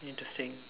interesting